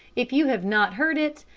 if you have not heard it,